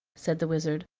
said the wizard,